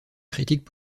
critiques